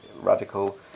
radical